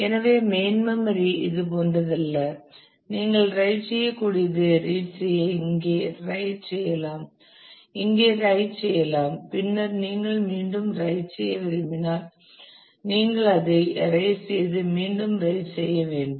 எனவே main memory இது போன்றதல்ல நீங்கள் ரைட் செய்யக்கூடியதைப் ரீட் செய்ய இங்கே ரைட் செய்யலாம் இங்கே நீங்கள் ரைட் செய்யலாம் பின்னர் நீங்கள் மீண்டும் ரைட் செய்ய விரும்பினால் நீங்கள் அதை எரைஸ் செய்து மீண்டும் ரைட் செய்ய வேண்டும்